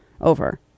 over